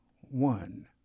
One